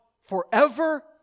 forever